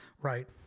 right